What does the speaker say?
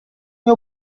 nie